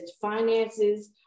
finances